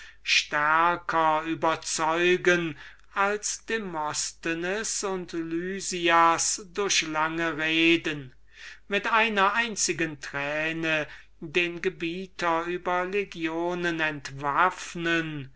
stärker überzeugen als demosthenes und lysias durch lange reden die mit einer einzigen träne den gebieter über legionen entwaffnen